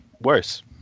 worse